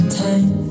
time